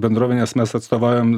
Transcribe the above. bendruomenes mes atstovaujam